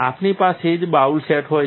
આપણી પાસે જ બાઉલ સેટ હોય છે